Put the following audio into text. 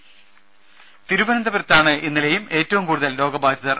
രുമ തിരുവനന്തപുരത്താണ് ഇന്നലെയും ഏറ്റവും കൂടുതൽ രോഗബാധിതർ